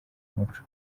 umuco